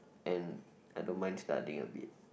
and I don't mind studying a bit